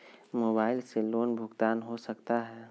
Mobile से loan भुगतान हो सकता है?